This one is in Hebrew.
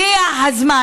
הגיע הזמן.